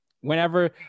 whenever